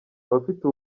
abafite